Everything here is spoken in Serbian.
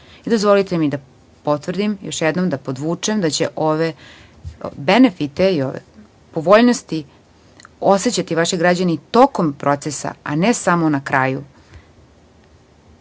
građana. Dozvolite mi da potvrdim, još jednom da podvučem da će ove benefite i povoljnost osećati vaši građani tokom procesa, a ne samo na